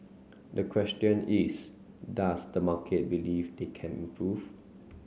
the question is does the market believe they can improve